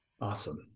Awesome